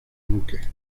buque